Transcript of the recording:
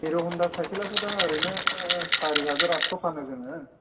हिर' हनदा साइकेलआथ' दा ओरैनो सारि हाजार आथस' फानो जोङो